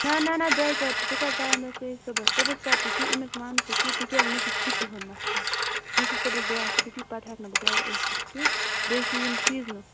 نہ نہ نہ دۄیہِ ژورِ دۄہہِ ژٕ کَڑ ٹایِم یا ژٕ ییٖزِ صُبحَس صُبحَس کر ژٕ کیٚنہہ أمِس وَن ژٕ کیٚنہہ تِکیٛازِ مےٚ چھِ چھُٹی ہُنٛد مسلہٕ مےٚ چھِ صُبحَس دۄہَس چھُٹی پَتہٕ ہٮ۪کہٕ نہٕ بہٕ گَرِ ٲسِتھ کیٚنہہ بیٚیہِ چھِ یِم سیٖزٕنُک